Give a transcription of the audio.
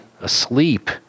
asleep